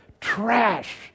trash